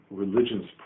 religions